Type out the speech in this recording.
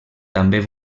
també